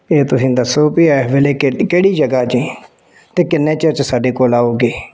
ਇਹ ਤੁਸੀਂ ਦੱਸੋ ਵੀ ਇਸ ਵੇਲੇ ਕਿ ਕਿਹੜੀ ਜਗ੍ਹਾ ਜੇ ਅਤੇ ਕਿੰਨੇ ਚਿਰ 'ਚ ਸਾਡੇ ਕੋਲ ਆਊਗੇ